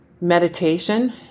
meditation